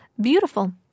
Beautiful